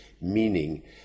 meaning